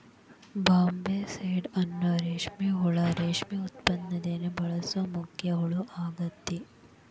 Bombycidae ಅನ್ನೋ ರೇಷ್ಮೆ ಹುಳು ರೇಷ್ಮೆ ಉತ್ಪಾದನೆಯಲ್ಲಿ ಬಳಸೋ ಮುಖ್ಯ ಹುಳ ಆಗೇತಿ